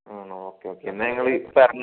ആണോ okay okay എന്നാൽ ഞങ്ങള് ഇപ്പോൾ ഇറങ്ങാം